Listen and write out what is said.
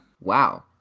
wow